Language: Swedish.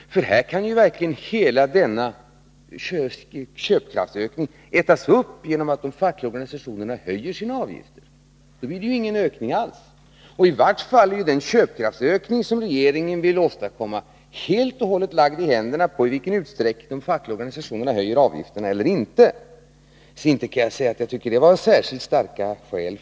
Hela denna köpkraftsökning kan ju ätas upp genom att de fackliga organisationerna höjer sina avgifter. I varje fall är den köpkraftsökning som regeringen vill åstadkomma helt och hållet beroende av i vilken utsträckning de fackliga organisationerna höjer avgifterna. Så det är inte heller något särskilt starkt skäl.